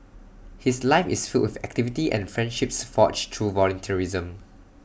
his life is filled with activity and friendships forged through volunteerism